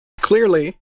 Clearly